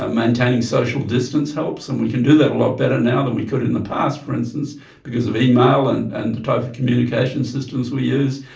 ah maintaining social distance helps and we can do that a lot better now than we could in the past for instance because of email and and the type of communication systems we use.